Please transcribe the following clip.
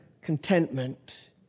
contentment